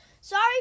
Sorry